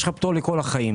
יש לך פטור לכל החיים.